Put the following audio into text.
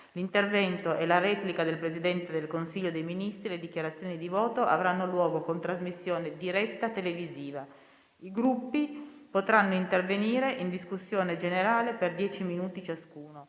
L'intervento e la replica del Presidente del Consiglio dei ministri e le dichiarazioni di voto avranno luogo con trasmissione diretta televisiva. I Gruppi potranno intervenire in discussione generale per dieci minuti ciascuno.